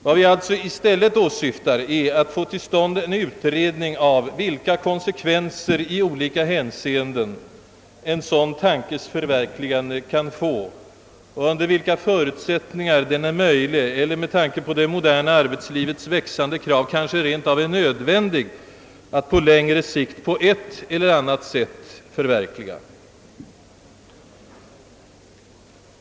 Vad vi alltså i stället åsyftar är att få till stånd en utredning om vilka konsekvenser som i olika hänseenden en sådan tankes förverkligande kan få och under vilka förutsättningar den är möjlig eller — med tanke på det moderna arbetslivets växande krav — kanske rent av nödvändig att på längre sikt på ett eller annat sätt förverkliga.